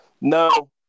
no